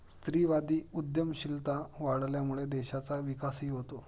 स्त्रीवादी उद्यमशीलता वाढल्यामुळे देशाचा विकासही होतो